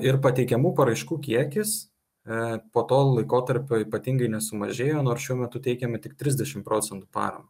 ir pateikiamų paraiškų kiekis e po to laikotarpio ypatingai nesumažėjo nors šiuo metu teikiame tik trisdešimt procentų paramą